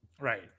right